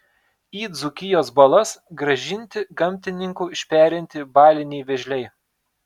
į dzūkijos balas grąžinti gamtininkų išperinti baliniai vėžliai